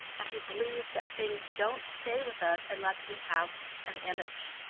and he believes that things don't stay with us, unless we have an image.